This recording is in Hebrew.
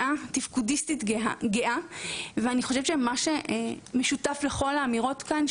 תפקודיסטית גאה ואני חושבת שמה שמשותף לכל האמירות כאן,